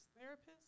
therapist